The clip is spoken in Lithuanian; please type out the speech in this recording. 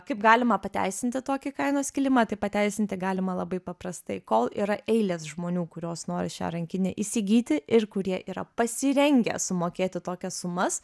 kaip galima pateisinti tokį kainos kilimą tai pateisinti galima labai paprastai kol yra eilės žmonių kurios nori šią rankinę įsigyti ir kurie yra pasirengę sumokėti tokias sumas